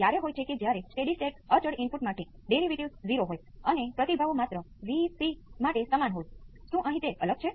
આમ R સર્કિટથી V p exponential j ω t ϕ નો રિસ્પોન્સ શું છે